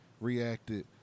reacted